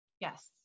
Yes